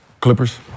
Clippers